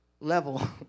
level